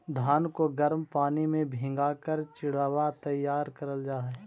धान को गर्म पानी में भीगा कर चिड़वा तैयार करल जा हई